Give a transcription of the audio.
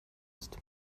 ist